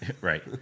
Right